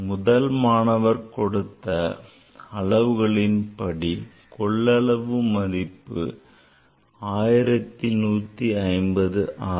முதல் மாணவர் கொடுத்த அளவுகளின்படி கொள்ளளவு மதிப்பு 1150 ஆகும்